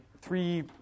three